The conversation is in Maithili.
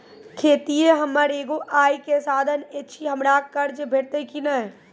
खेतीये हमर एगो आय के साधन ऐछि, हमरा कर्ज भेटतै कि नै?